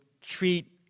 treat